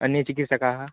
अन्ये चिकित्सकाः